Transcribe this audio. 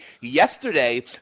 Yesterday